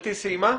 גברתי סיימה?